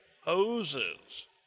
hoses